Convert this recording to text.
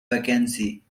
vacancy